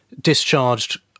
discharged